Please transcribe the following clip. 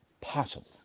Possible